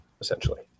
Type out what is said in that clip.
Essentially